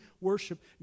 worship